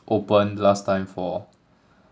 opened last time for